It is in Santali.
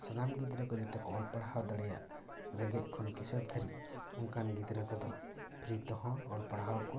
ᱥᱟᱱᱟᱢ ᱜᱤᱫᱽᱨᱟᱹ ᱠᱚ ᱡᱟᱛᱮ ᱠᱚ ᱚᱞ ᱯᱟᱲᱦᱟᱣ ᱫᱟᱲᱮᱭᱟᱜ ᱨᱮᱜᱮᱡᱽ ᱠᱷᱚᱱ ᱠᱤᱥᱟᱹᱲ ᱫᱷᱟᱹᱨᱤᱡ ᱚᱱᱠᱟᱱ ᱜᱤᱫᱽᱨᱟᱹ ᱠᱚᱫᱚ ᱯᱷᱨᱤ ᱛᱮᱦᱚᱸᱭ ᱚᱞ ᱯᱟᱲᱦᱟᱣ ᱠᱚᱣᱟ ᱟᱨ